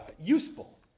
Useful